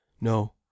no